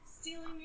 Stealing